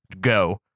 Go